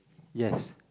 yes